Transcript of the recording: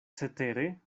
cetere